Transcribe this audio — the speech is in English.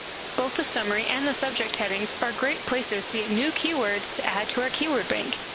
both the summary and the subject headings are great places to get new keywords to add to our keyword bank.